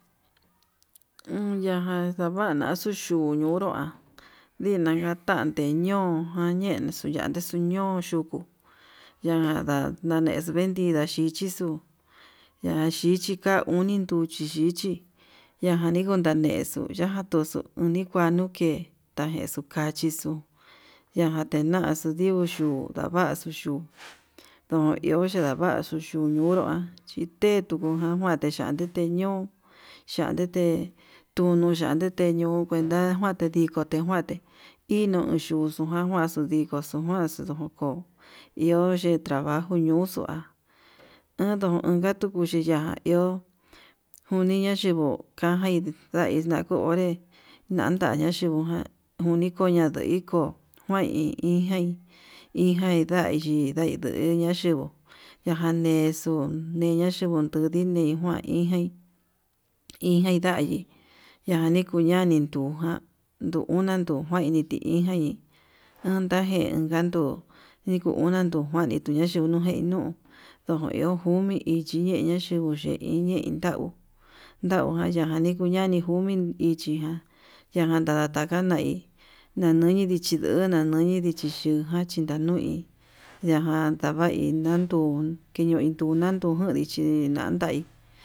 Uñajan ñavara ñuxuxhunio jan yatan teñon janyen xuñate xuu ñon, yuku ñanda nadexu vendida xhii chixuu ñaxhixika uni nduti xhichi ñajani nikuñanexu ya'á jantuxu uni kuano kii takexu kachixu ndaja tenaxu ndiku yunguu ndavaxu, yanatenaxu ndingu xuu ndavaxu chuu ndo iho xhindavaxu xhiu, uñonro ha chí tetu takuanti xhatete ñon xhantete tunuu xhantete ñon kuenta kuate ndikoti kuan, atuu tinuu yuu xun jan kuanxu ndikuxu xujuan xukuu ihi yee trabajo ño'o ñoxua ndongatu tuxhi ya'a, iho njuna yinguu najan ndai nakuu onré nantaña xhinguu jan unikoña ndiko'o kuan hi jain hi ahi indai ndena yinguu, najan nexuu niña'a nanchingutu ndinei nai ijain ijain ndayii ñani kuu nda nintuján nduu una tuu kuani ti hí jain nduta jein ujan nduu niku una tunji tujandei nei nuu ndojo iho njó mi iyii yeya yenguu ye iñee untau ndau jañaña nikuntami ndingumi ichi ján yanja ndaka nai, nanai ndichi nduu nanai ndichi xhuján xhindanui ñajan ndavai inanduu uun keña indunguu uun ndichi natain.